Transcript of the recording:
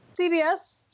CBS